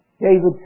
David